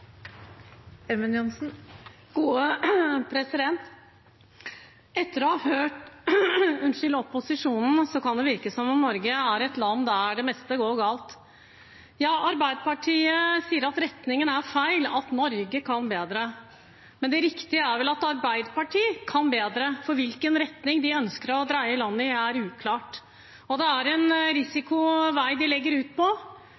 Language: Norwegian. et land der det meste går galt. Arbeiderpartiet sier at retningen er feil, at Norge kan bedre, men det riktige er vel at Arbeiderpartiet kan bedre, for hvilken retningen de ønsker å dreie landet i, er uklart. Det er en risikofylt vei de legger ut på.